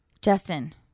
Justin